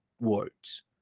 words